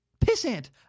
Pissant